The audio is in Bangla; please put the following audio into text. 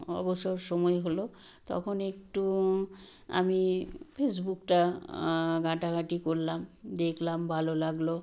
অবসর সময় হলো তখন একটু আমি ফেসবুকটা ঘাঁটাঘাঁটি করলাম দেখলাম ভালো লাগলো